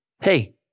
Hey